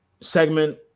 segment